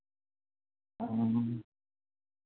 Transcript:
ᱚ